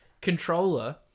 controller